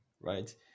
right